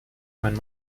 mein